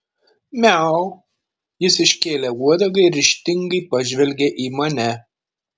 miau jis iškėlė uodegą ir ryžtingai pažvelgė į mane